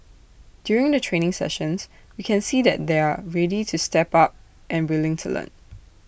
during the training sessions we can see that they're ready to step up and willing to learn